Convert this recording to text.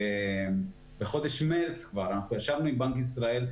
כבר בחודש מרץ ישבנו עם בנק ישראל,